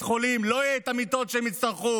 חולים לא יהיו את המיטות שהם יצטרכו.